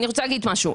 אני רוצה להגיד משהו.